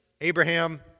Abraham